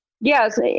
Yes